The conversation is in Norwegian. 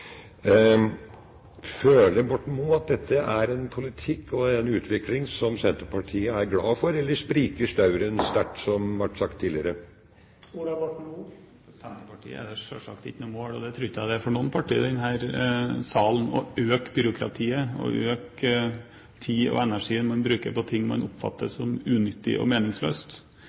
Føler Borten Moe at dette er en politikk og en utvikling som Senterpartiet er glad for, eller spriker stauren sterkt, som det har vært sagt tidligere? For Senterpartiet er det selvsagt ikke noe mål – og det tror jeg ikke det er for noe parti i denne salen – å øke byråkratiet og øke tiden og energien man bruker på ting man oppfatter som unyttige og